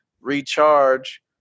recharge